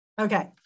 Okay